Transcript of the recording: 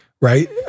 right